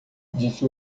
disse